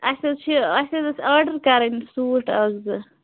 اسہِ حَظ چھُ اسہِ حَظ ٲسۍ آرڈر کرٕنۍ سوٗٹ اکھ زٕ